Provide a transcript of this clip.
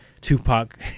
Tupac